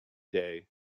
day